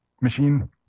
machine